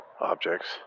objects